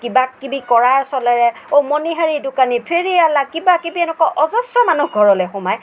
কিবা কিবি কৰাৰ চলেৰে অঁ মণিহাৰী দোকানী ফেৰিৱালা কিবা কিবি এনেকুৱা অজস্ৰ মানুহ ঘৰলৈ সোমায়